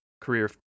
career